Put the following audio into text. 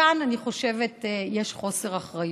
כאן אני חושבת שיש חוסר אחריות.